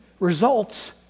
results